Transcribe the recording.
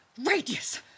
Radius